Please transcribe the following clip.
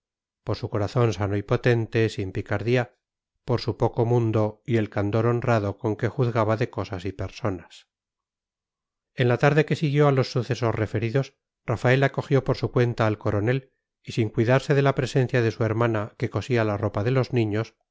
por su corazón sano y potente sin picardía por su poco mundo y el candor honrado con que juzgaba de cosas y personas en la tarde que siguió a los sucesos referidos rafaela cogió por su cuenta al coronel y sin cuidarse de la presencia de su hermana que cosía la ropa de los niños